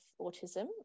autism